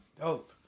Dope